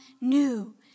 new